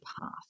path